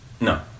No